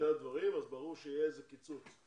הדברים וברור שיהיה איזה קיצוץ.